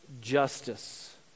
justice